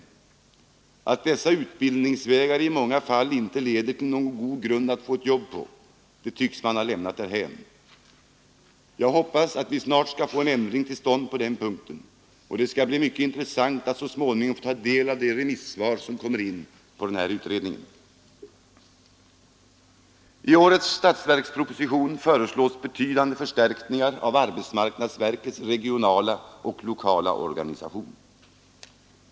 Att dessa utbildningsvägar i många fall inte leder till någon god grund att få ett jobb på, det tycks man ha lämnat därhän. Jag hoppas att vi snart skall få en ändring till stånd på den punkten, och det skall bli mycket intressant att så småningom få ta del av remissvaren på den här utredningen. I årets statsverksproposition föreslås betydande förstärkningar av arbetsmarknadsverkets regionala och lokala organisation.